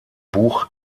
buch